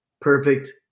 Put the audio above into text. perfect